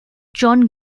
john